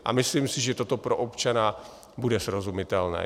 A myslím si, že toto pro občana bude srozumitelné.